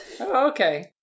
okay